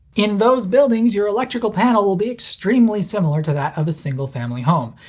in those buildings, your electrical panel will be extremely similar to that of a single-family home.